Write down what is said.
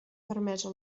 fermesa